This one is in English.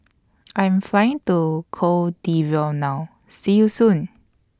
I Am Flying to Cote D'Ivoire now See YOU Soon